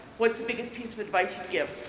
what's the biggest piece of advice you'd give?